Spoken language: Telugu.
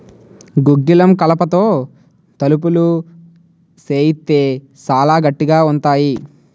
గుగ్గిలం కలపతో తలుపులు సేయిత్తే సాలా గట్టిగా ఉంతాయి